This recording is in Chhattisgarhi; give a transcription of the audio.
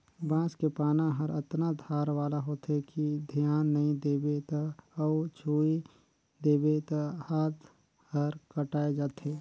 बांस के पाना हर अतना धार वाला होथे कि धियान नई देबे त अउ छूइ देबे त हात हर कटाय जाथे